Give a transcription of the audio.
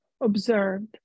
observed